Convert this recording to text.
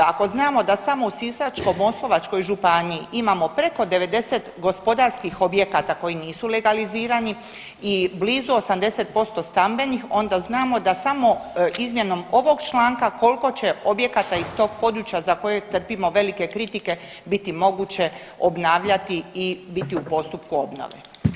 Ako znamo da samo u Sisačko-moslavačkoj županiji imamo preko 90 gospodarskih objekata koji nisu legalizirani i blizu 80% stambenih onda znamo da samo izmjenom ovog članka koliko će objekata iz tog područja za kojeg trpimo velike kritike biti moguće obnavljati i biti u postupku obnove.